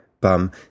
Bum